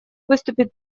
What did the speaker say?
выступит